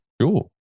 Sure